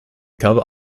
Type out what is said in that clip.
cover